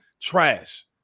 trash